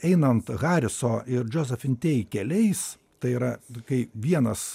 einant hariso ir josephine tey keliais tai yra kai vienas